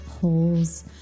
holes